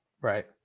right